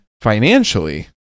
financially